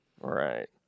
Right